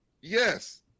Yes